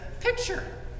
picture